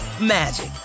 magic